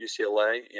UCLA